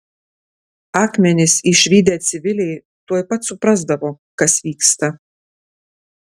akmenis išvydę civiliai tuoj pat suprasdavo kas vyksta